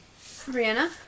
Rihanna